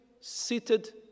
seated